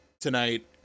tonight